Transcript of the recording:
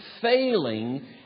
failing